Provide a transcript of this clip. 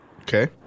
Okay